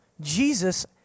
Jesus